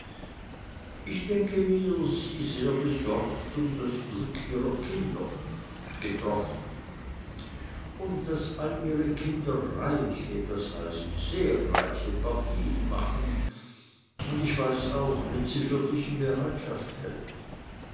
ich denke mir sie sehr besorgt um das glück ihrer kinder getroffen und daß all ihre kinder reiche das heißt sehr reiche partien machen und ich weiß auch wen sie für dich in bereitschaft hält